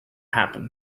happened